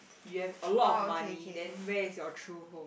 you have a lot of money then where is your true home